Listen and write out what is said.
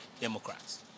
Democrats